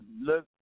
look